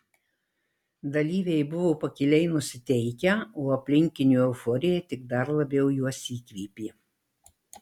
dalyviai buvo pakiliai nusiteikę o aplinkinių euforija tik dar labiau juos įkvėpė